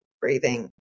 breathing